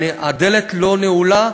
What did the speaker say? הדלת לא נעולה,